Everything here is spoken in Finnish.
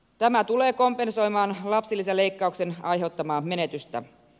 tämä tulee kompensoimaan lapsilisäleikkauksen aiheuttamaa menetystä